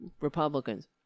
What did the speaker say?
Republicans